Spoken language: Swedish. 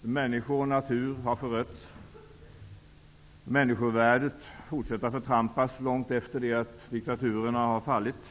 Människor och natur har förötts. Människovärdet fortsätter att förtrampas långt efter det att diktaturerna har fallit.